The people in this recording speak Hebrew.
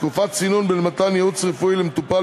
תקופת צינון בין מתן ייעוץ רפואי למטופל